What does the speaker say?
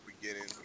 beginning